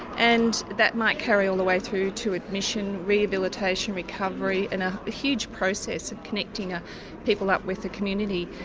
and that might carry all the way through to admission, rehabilitation, recovery recovery and a huge process of connecting ah people up with the community.